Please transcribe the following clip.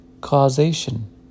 causation